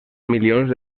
milions